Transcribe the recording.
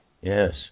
Yes